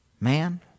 man